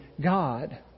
God